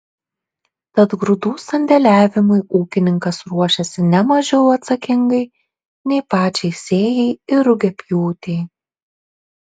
tad grūdų sandėliavimui ūkininkas ruošiasi ne mažiau atsakingai nei pačiai sėjai ir rugiapjūtei